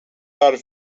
har